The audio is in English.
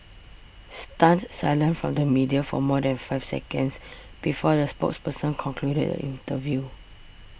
stunned silence from the media for more than five seconds before the spokesperson concluded the interview